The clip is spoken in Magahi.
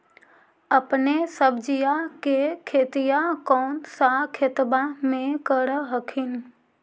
अपने सब्जिया के खेतिया कौन सा खेतबा मे कर हखिन?